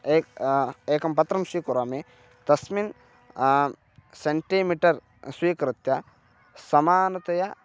एकम् एकं पत्रं स्वीकरोमि तस्मिन् सेण्टीमिटर् स्वीकृत्य समानतया